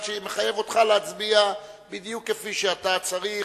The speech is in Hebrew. שמחייב אותך להצביע בדיוק כפי שאתה צריך,